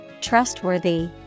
trustworthy